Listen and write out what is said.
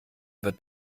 wird